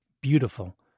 beautiful